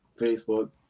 Facebook